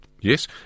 Yes